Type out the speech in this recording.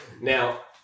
Now